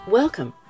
welcome